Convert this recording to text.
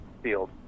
field